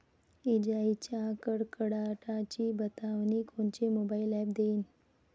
इजाइच्या कडकडाटाची बतावनी कोनचे मोबाईल ॲप देईन?